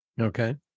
Okay